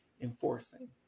enforcing